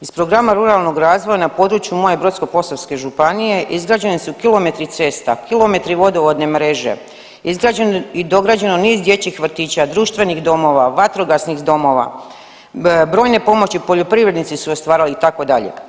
Iz programa ruralnog razvoja na području moje Brodsko-posavske županije izgrađeni su kilometri cesta, kilometri vodovodne mreže, izgrađeno i dograđeno niz dječjih vrtića, društvenih domova, vatrogasnih domova, brojne pomoći poljoprivredni su ostvarili itd.